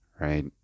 right